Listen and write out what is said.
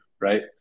Right